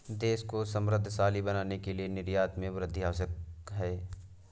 देश को समृद्धशाली बनाने के लिए निर्यात में वृद्धि आवश्यक है